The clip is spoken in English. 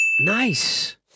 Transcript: Nice